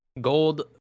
gold